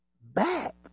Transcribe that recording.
back